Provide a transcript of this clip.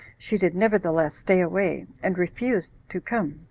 she did nevertheless stay away, and refused to come,